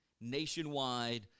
nationwide